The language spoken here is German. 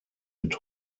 mit